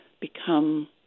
become